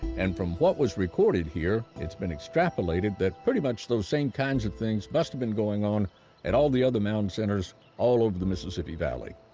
and from what was recorded here, it's been extrapolated that, pretty much those same kinds of things must have been going on at all the other mound centers all over the mississippi valley.